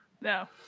no